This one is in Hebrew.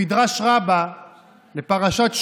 במדרש רבה לפרשת שמות,